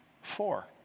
four